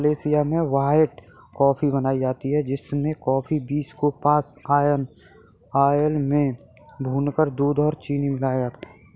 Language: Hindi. मलेशिया में व्हाइट कॉफी बनाई जाती है जिसमें कॉफी बींस को पाम आयल में भूनकर दूध और चीनी मिलाया जाता है